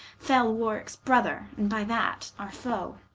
fell warwickes brother, and by that our foe